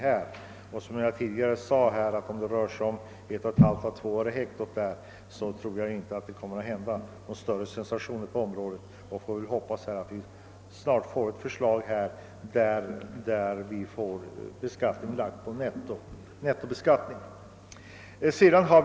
Eftersom det som jag sade rör sig om en kostnadsskillnad på 1,5—2 öre per hekto tror jag inte att det kommer att inträffa några större sensationer, och jag hoppas att vi snart får ett förslag om nettobeskattning.